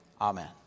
Amen